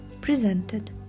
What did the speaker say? presented